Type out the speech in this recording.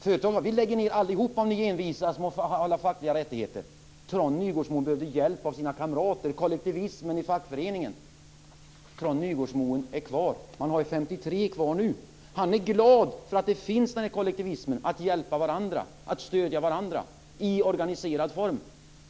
Företagsledningen sade: Vi säger upp allihop, om ni envisas med att få ha fackliga rättigheter. Trond Nygårdsmoen behövde hjälp av sina kamrater, kollektivismen i fackföreningen. Trond Nygårdsmoen är kvar. Det är 53 som är kvar nu. Han är glad för att den här kollektivismen finns, att hjälpa och stödja varandra i organiserad form.